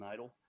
Idol